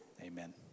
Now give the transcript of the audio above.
Amen